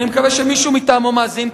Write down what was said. אני מקווה שמישהו מטעמו מאזין,